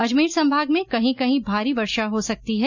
अजमेर संभाग में कहीं कहीं भारी वर्षा हो सकती है